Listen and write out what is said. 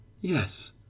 Yes